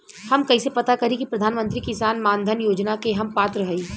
हम कइसे पता करी कि प्रधान मंत्री किसान मानधन योजना के हम पात्र हई?